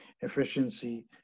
Efficiency